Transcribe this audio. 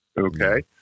Okay